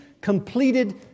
completed